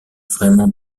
vraiment